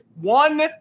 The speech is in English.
One